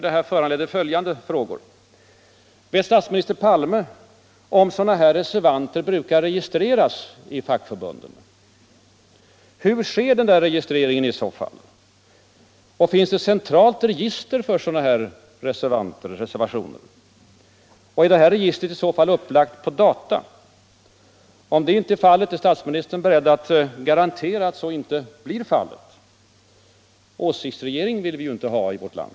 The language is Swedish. Detta föranleder följande frågor: Vet statsminister Palme om sådana här reservanter brukar registreras i fackförbundet? Hur sker registreringen i så fall? Finns det ett centralt register för dessa reservationer? Är i så fall detta register upplagt på data? Om det inte är fallet, är statsministern då beredd att garantera att så inte blir fallet? Åsiktsregistrering vill vi ju inte ha i vårt land.